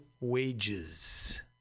wages